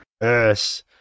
Yes